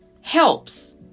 helps